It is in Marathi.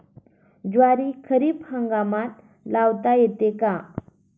ज्वारी खरीप हंगामात लावता येते का?